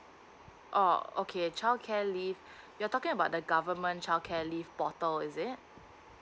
oh okay childcare leave you're talking about the government childcare leave portal is it